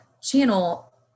channel